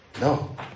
No